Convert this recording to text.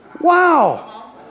Wow